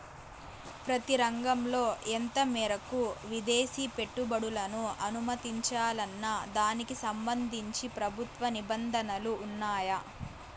ప్రతి రంగంలో ఎంత మేరకు విదేశీ పెట్టుబడులను అనుమతించాలన్న దానికి సంబంధించి ప్రభుత్వ నిబంధనలు ఉన్నాయా?